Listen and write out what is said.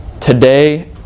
today